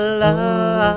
love